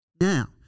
Now